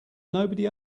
nobody